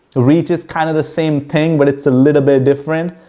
reach is kind of the same thing, but it's a little bit different.